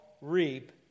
reap